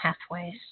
pathways